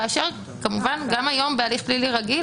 כאשר כמובן גם היום בהליך פלילי רגיל